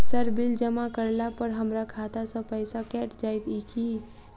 Sir bill जमा करला पर हमरा खाता सऽ पैसा कैट जाइत ई की?